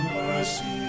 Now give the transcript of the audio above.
mercy